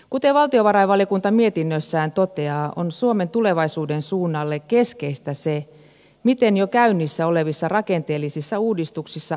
kuten valtionvarainvaliokunta mietinnössään toteaa on suomen tulevaisuuden suunnalle keskeistä se miten jo käynnissä olevissa rakenteellisissa uudistuksissa onnistutaan